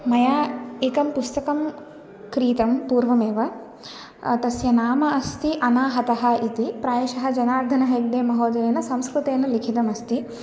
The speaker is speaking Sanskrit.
मया एकं पुस्तकं क्रीतं पूर्वमेव तस्य नाम अस्ति अनाहतः इति प्रायशः जनार्दनहेग्डेमहोदयेन संस्कृतेन लिखितमस्ति